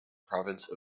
province